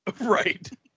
right